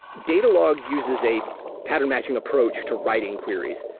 datalog uses a pattern matching approach to writing queries.